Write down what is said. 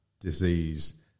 disease